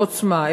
"עוצמה".